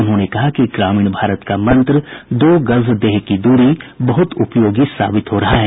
उन्होंने कहा कि ग्रामीण भारत का मंत्र दो गज देह की दूरी बहुत उपयोगी साबित हो रहा है